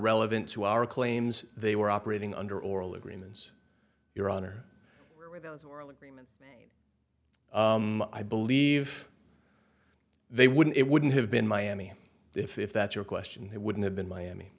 relevant to our claims they were operating under all agreements your honor agreements i believe they wouldn't it wouldn't have been miami if that's your question it wouldn't have been miami